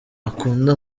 akunda